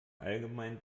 allgemein